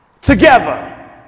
together